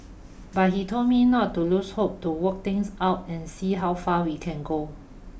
but he told me not to lose hope to work things out and see how far we can go